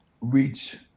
reach